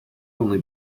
only